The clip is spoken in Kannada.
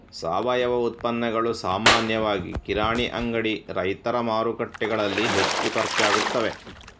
ಸಾವಯವ ಉತ್ಪನ್ನಗಳು ಸಾಮಾನ್ಯವಾಗಿ ಕಿರಾಣಿ ಅಂಗಡಿ, ರೈತರ ಮಾರುಕಟ್ಟೆಗಳಲ್ಲಿ ಹೆಚ್ಚು ಖರ್ಚಾಗುತ್ತವೆ